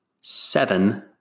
seven